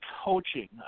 coaching